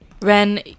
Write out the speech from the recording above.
Ren